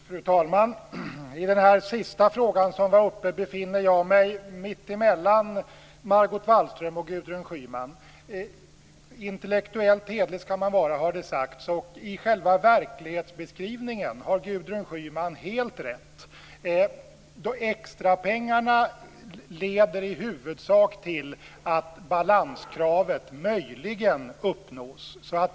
Fru talman! I den sista frågan som togs upp befinner jag mig mittemellan Margot Wallström och Gudrun Schyman. Det har sagts att man skall vara intellektuellt hederlig. I själva verklighetsbeskrivningen har Gudrun Schyman helt rätt. Extrapengarna leder i huvudsak till att balanskravet möjligen uppnås.